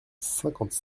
cinquante